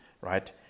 right